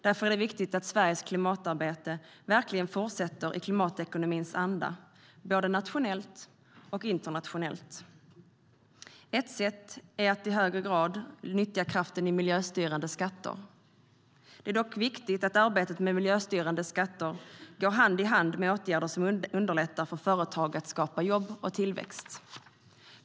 Därför är det viktigt att Sveriges klimatarbete verkligen fortsätter i klimatekonomins anda, både nationellt och internationellt. Ett sätt är att i högre grad nyttja kraften i miljöstyrande skatter. Det är dock viktigt att arbetet med miljöstyrande skatter går hand i hand med åtgärder som underlättar för företag att skapa jobb och tillväxt.